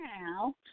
now